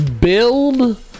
build